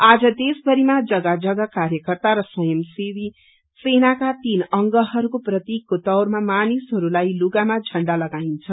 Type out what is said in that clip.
आज देशभरीमा जगह जगह कार्यकर्त्ता र स्वयमसेवी सेनाका तीन अंगहस्को प्रतीकको तौरमा मानिसहरूले लुगामा झण्डा लगाईन्छ